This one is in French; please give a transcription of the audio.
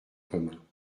commun